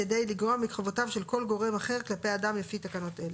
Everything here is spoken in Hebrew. לגרוע מחובותיו של כל גורם אחר כלפי האדם לפי תקנות אלה.